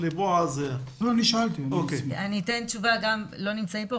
פה מי ששאל, אבל אני אתן תשובה גם לזה.